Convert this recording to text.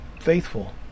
faithful